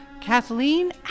Kathleen